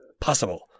possible